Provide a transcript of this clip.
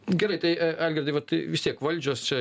gerai tai algirdai vat vis tiek valdžios čia